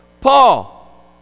Paul